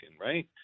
right